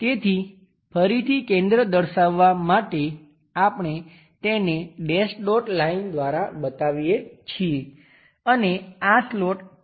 તેથી ફરીથી કેન્દ્ર દર્શાવવાં માટે આપણે તેને ડેશ ડોટ લાઈન દ્વારા બતાવીએ છીએ અને આ સ્લોટ ત્યાં સુધી છે